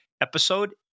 episode